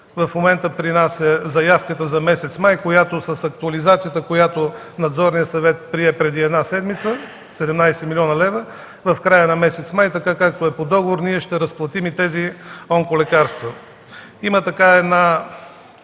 В момента при нас е заявката за месец май, която с актуализацията, която Надзорният съвет прие преди една седмица – 17 млн.лв., в края на месец май, така както е по договор, ние ще разплатим и тези онколекарства. Има една,